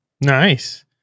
Nice